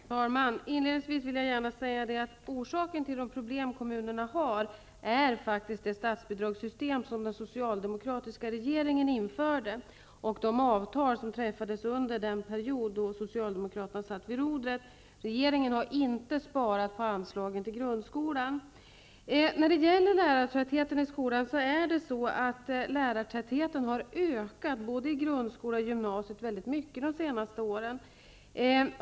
Fru talman! Inledningsvis vill jag säga att orsaken till de problem som kommunerna har faktiskt är det statsbidragssystem som den socialdemokratiska regeringen införde och de avtal som träffades under den period som Socialdemokraterna satt vid rodret. Regeringen har inte sparat på anslagen till grundskolan. Under de senaste åren har lärartätheten i skolan både i grundskolan och i gymnasiet ökat mycket.